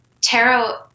tarot